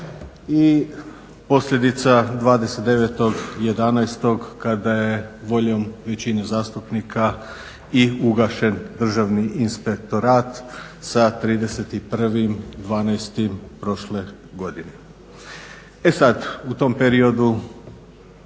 i posljedica 29.11.kada je voljom većine zastupnika i ugašen Državni inspektorat sa 31.12.prošle godine. E sad u tom periodu